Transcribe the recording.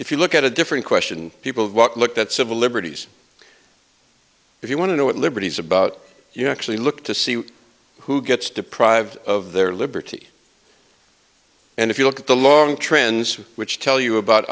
if you look at a different question people looked at civil liberties if you want to know what liberties about you actually look to see who gets deprived of their liberty and if you look at the long trends which tell you about